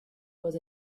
was